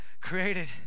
created